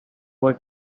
were